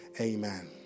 Amen